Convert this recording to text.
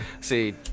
See